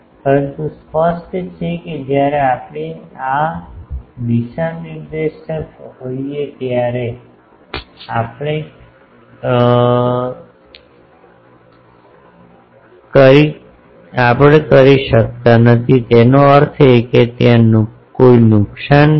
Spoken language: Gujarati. પરંતુ સ્પષ્ટ છે કે જ્યારે આપણે આ દિશા નિર્દેશક હોઈએ ત્યારે આપણે કરી શકતા નથી તેનો અર્થ એ કે ત્યાં કોઈ નુકસાન નથી